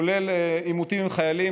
כולל בעימותים עם חיילים,